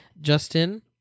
justin